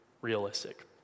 realistic